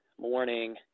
morning